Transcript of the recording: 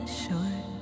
short